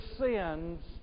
sins